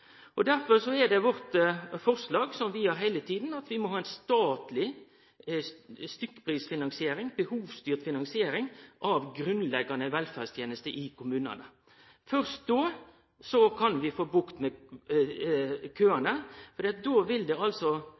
er det vårt forslag, som vi har heile tida, at vi må ha ei statleg, behovsstyrt stykkprisfinansiering av grunnleggjande velferdstenester i kommunane. Først då kan vi få bukt med køane. Då kan kommunane budsjettere med det